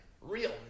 Real